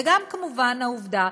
וגם, כמובן, העובדה